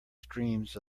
streams